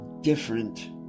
different